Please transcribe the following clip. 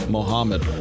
Mohammed